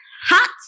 Hot